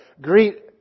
Greet